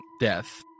death